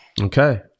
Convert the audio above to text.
okay